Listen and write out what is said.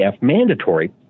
mandatory